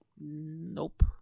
Nope